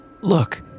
Look-